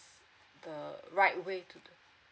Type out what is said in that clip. the right way to do